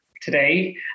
today